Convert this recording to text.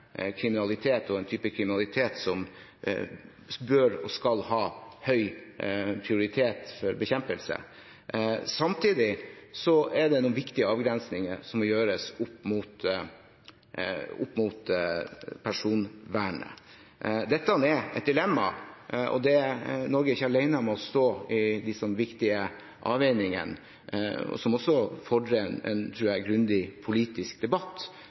kriminalitet, en type kriminalitet som bør og skal ha høy prioritet for bekjempelse. Samtidig er det noen viktige avgrensninger som må gjøres mot personvernet. Dette er et dilemma, og Norge er ikke alene om å stå i disse viktige avveiningene. De fordrer en grundig politisk debatt, særlig når vi ser utviklingen i kriminalitetstrekkene som